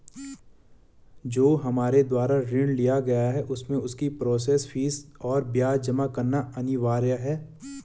जो हमारे द्वारा ऋण लिया गया है उसमें उसकी प्रोसेस फीस और ब्याज जमा करना अनिवार्य है?